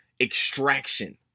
Extraction